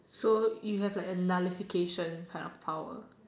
so you have like nullification kind of power